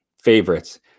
favorites